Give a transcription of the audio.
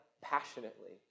passionately